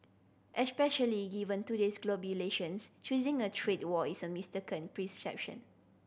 especially given today's globalisations choosing a trade war is a mistaken prescription